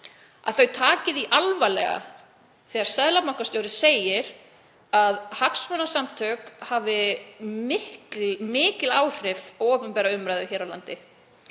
að þau taki því alvarlega þegar seðlabankastjóri segir að hagsmunasamtök hafi mikil áhrif á opinbera umræðu hér á landi.